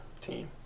team